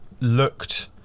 looked